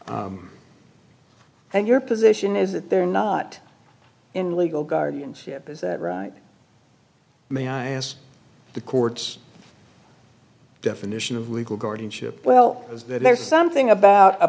and your position is that they're not in legal guardianship is that right may i ask the court's definition of legal guardianship well is that there's something about a